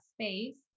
space